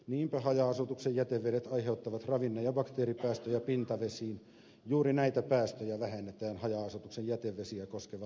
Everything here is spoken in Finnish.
niinpä haja asutuksen jätevedet aiheuttavat ravinne ja bakteeripäästöjä pintavesiin juuri näitä päästöjä vähennetään haja asutuksen jätevesiä koskevalla sääntelyllä